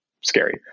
scary